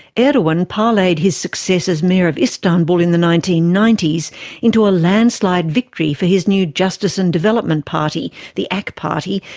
and parlayed his success as mayor of istanbul in the nineteen ninety s into a landslide victory for his new justice and development party, the ak party,